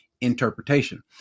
interpretation